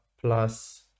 plus